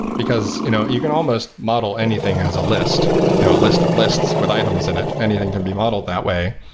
because you know you can almost model anything as a list, you know a list of lists with items in it. anything can be modeled that way,